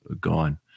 gone